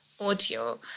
audio